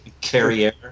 Carrier